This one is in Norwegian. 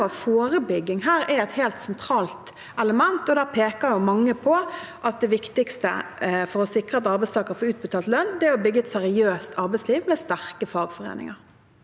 forebygging her er et helt sentralt element, og da peker mange på at det viktigste for å sikre at arbeidstakere får utbetalt lønn, er å bygge et seriøst arbeidsliv med sterke fagforeninger.